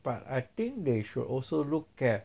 but I think they should also look at